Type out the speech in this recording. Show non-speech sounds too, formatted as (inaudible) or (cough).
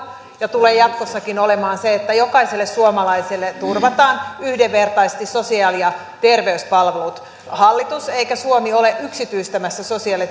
ja tulee jatkossakin olemaan se että jokaiselle suomalaiselle turvataan yhdenvertaisesti sosiaali ja terveyspalvelut ei hallitus eikä suomi ole yksityistämässä sosiaali (unintelligible)